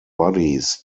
bodies